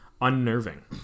unnerving